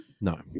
no